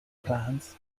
plans